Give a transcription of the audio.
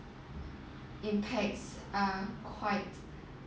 impacts uh quite uh